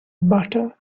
butter